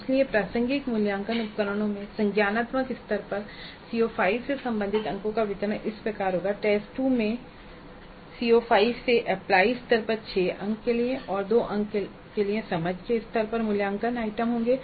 इसलिए प्रासंगिक मूल्यांकन उपकरणों में संज्ञानात्मक स्तरों पर CO5 से संबंधित अंकों का वितरण इस प्रकार है टेस्ट 2 में CO5 से एप्लाई स्तर पर 6 अंकों के लिए 2 अंकों के लिए समझ के स्तर पर मूल्यांकन आइटम होंगे